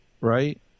right